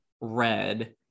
Red